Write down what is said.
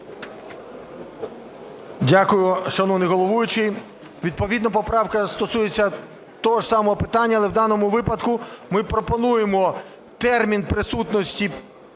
Дякую, шановний головуючий. Відповідно поправка стосується того ж самого питання, але в даному випадку ми пропонуємо термін присутності